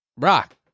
Rock